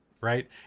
right